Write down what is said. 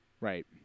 right